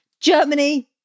Germany